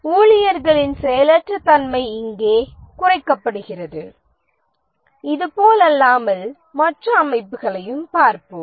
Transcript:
ஊழியர்களின் செயலற்ற தன்மை இங்கே குறைக்கப்படுகிறது இது போலல்லாமல் மற்ற அமைப்புகளையும் பார்ப்போம்